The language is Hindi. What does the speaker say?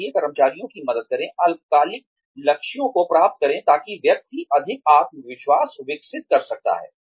इसलिए कर्मचारियों की मदद करें अल्पकालिक लक्ष्यों को प्राप्त करें ताकि व्यक्ति अधिक आत्मविश्वास विकसित कर सकता है